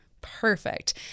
Perfect